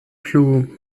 plu